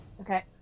Okay